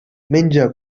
menja